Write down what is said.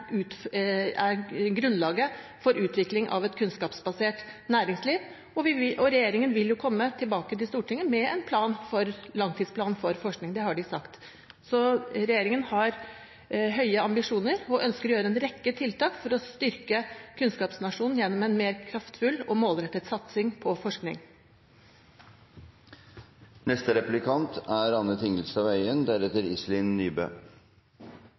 vet er grunnlaget for utvikling av et kunnskapsbasert næringsliv, og regjeringen vil komme tilbake til Stortinget med en langtidsplan for forskning – det har de sagt. Så regjeringen har høye ambisjoner og ønsker å gjøre en rekke tiltak for å styrke kunnskapsnasjonen gjennom en mer kraftfull og målrettet satsing på forskning. Representanten Vinje sier at hun har skyhøye ambisjoner på vegne av å realisere et kunnskapsbasert samfunn. Det som forbauser meg litt, er